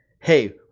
hey